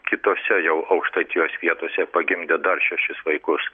kitose jau aukštaitijos vietose pagimdė dar šešis vaikus